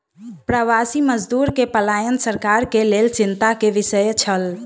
प्रवासी मजदूर के पलायन सरकार के लेल चिंता के विषय छल